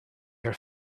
her